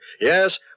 Yes